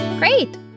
Great